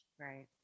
right